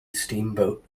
steamboat